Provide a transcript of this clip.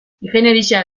ingeniaria